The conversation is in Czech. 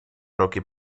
roky